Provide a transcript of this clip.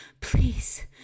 please